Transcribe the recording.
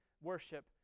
worship